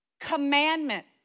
Commandment